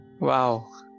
Wow